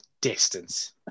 distance